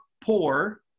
poor